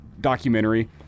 documentary